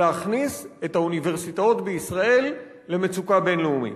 להכניס את האוניברסיטאות בישראל למצוקה בין-לאומית,